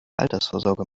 altersvorsorge